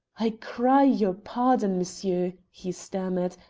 i cry your pardon, monsieur, he stammered,